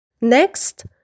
Next